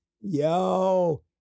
Yo